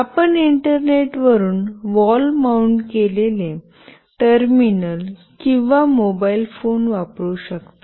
आपण इंटरनेटवरुन wall mount केलेले टर्मिनल किंवा मोबाइल फोन वापरू शकता